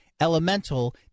Elemental